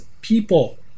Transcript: people